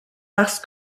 parce